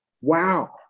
Wow